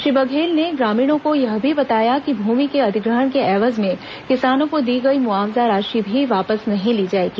श्री बघेल ने ग्रामीणों को यह भी बताया कि भूमि के अधिग्रहण के एवज में किसानों को दी गई मुआवजा राशि भी वापस नहीं ली जाएगी